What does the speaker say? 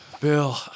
Bill